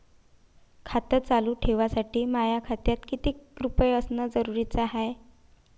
खातं चालू ठेवासाठी माया खात्यात कितीक रुपये असनं जरुरीच हाय?